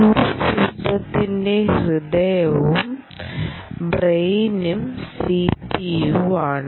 ഒരു സിസ്റ്റത്തിന്റെ ഹൃദയവും ബ്രയ്നും CPU ആണ്